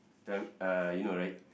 uh you know right